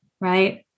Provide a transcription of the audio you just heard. right